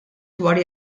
dwar